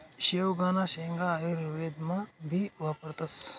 शेवगांना शेंगा आयुर्वेदमा भी वापरतस